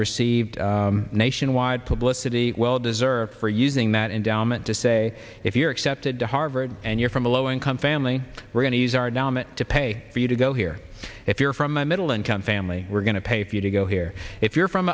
received nationwide publicity well deserved for using that endowment to say if you're accepted to harvard and you're from a low income family we're going to use our nominee to pay for you to go here if you're from a middle income family we're going to pay for you to go here if you're from